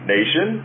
Nation